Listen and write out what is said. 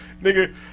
Nigga